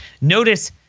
Notice